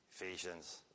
Ephesians